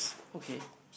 okay